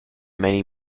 many